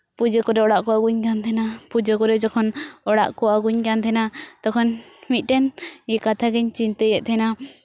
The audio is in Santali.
ᱯᱩᱡᱟᱹ ᱠᱚᱨᱮᱫ ᱚᱲᱟᱜ ᱠᱚ ᱟᱹᱜᱩᱧ ᱠᱟᱱ ᱛᱟᱦᱮᱱᱟ ᱯᱩᱡᱟᱹ ᱠᱚᱨᱮ ᱡᱚᱠᱷᱚᱱ ᱚᱲᱟᱜ ᱠᱚ ᱟᱹᱜᱩᱧ ᱠᱟᱱ ᱛᱟᱦᱮᱱᱟ ᱛᱚᱠᱷᱚᱱ ᱢᱤᱫᱴᱮᱱ ᱠᱟᱛᱷᱟ ᱜᱤᱧ ᱪᱤᱱᱛᱟᱹᱭᱮᱫ ᱛᱟᱦᱮᱱᱟ